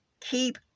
keep